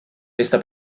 esta